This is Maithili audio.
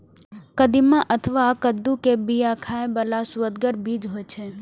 कदीमा अथवा कद्दू के बिया खाइ बला सुअदगर बीज होइ छै